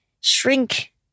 shrink